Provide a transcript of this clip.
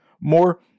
more